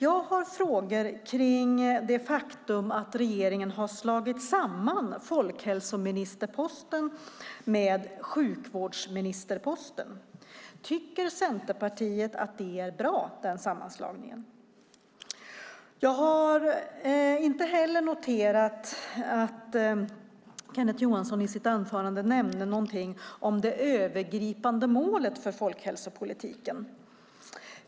Jag har frågor kring det faktum att regeringen har slagit samman folkhälsoministerposten med sjukvårdsministerposten. Tycker Centerpartiet att denna sammanslagning är bra? Jag har inte heller noterat att Kenneth Johansson i sitt anförande nämnde någonting om det övergripande målet för folkhälsopolitiken.